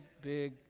big